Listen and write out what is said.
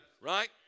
right